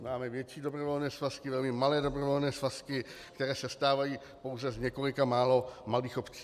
Máme větší dobrovolné svazky, velmi malé dobrovolné svazky, které sestávají pouze z několika málo malých obcí.